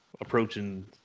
approaching